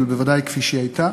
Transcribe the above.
אבל בוודאי כפי שהיא הייתה,